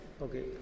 Okay